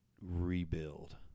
rebuild